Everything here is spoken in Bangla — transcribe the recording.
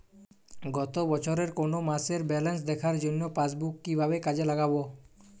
গত বছরের কোনো মাসের ব্যালেন্স দেখার জন্য পাসবুক কীভাবে কাজে লাগাব?